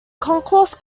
concourse